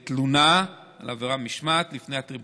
שיקבע את ההשפעה האמיתית של הזיהום שנגרם על ידי המחצבה לאנשי